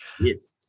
Yes